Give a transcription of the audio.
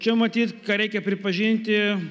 čia matyt ką reikia pripažinti